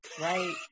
right